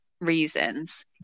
reasons